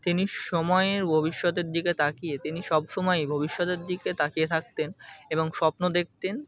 তিনি সময়ের ভবিষ্যতের দিকে তাকিয়ে তিনি সব সমায়ই ভবিষ্যতের দিকে তাকিয়ে থাকতেন এবং স্বপ্ন দেখতেন